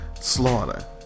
Slaughter